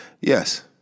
Yes